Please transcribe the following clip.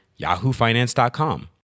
yahoofinance.com